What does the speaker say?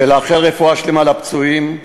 ולאחל רפואה שלמה לפצועים.